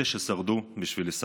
אלה ששרדו בשביל לספר,